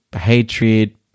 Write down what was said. hatred